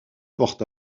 porte